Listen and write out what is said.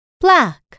black